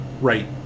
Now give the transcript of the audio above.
right